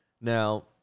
Now